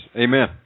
Amen